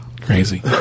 crazy